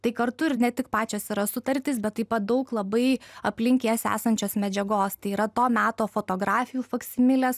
tai kartu ir ne tik pačios yra sutartys bet taip pat daug labai aplink jas esančios medžiagos tai yra to meto fotografijų faksimilės